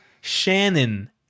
Shannon